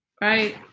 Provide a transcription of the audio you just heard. right